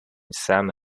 some